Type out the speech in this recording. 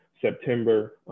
September